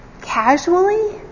casually